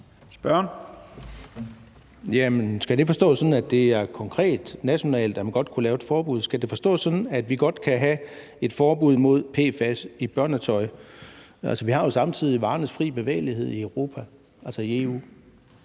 Skal det forstås sådan, at det er konkret nationalt, man godt kunne lave et forbud? Skal det forstås sådan, at vi godt kan have et forbud mod PFAS i børnetøj? Altså, vi har jo samtidig varernes fri bevægelighed i EU.